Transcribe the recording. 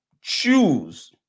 choose